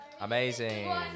Amazing